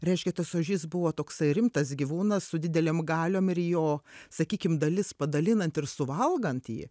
reiškia tas ožys buvo toksai rimtas gyvūnas su didelėm galiom ir jo sakykim dalis padalinant ir suvalgant jį